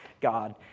God